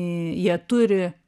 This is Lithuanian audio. jie turi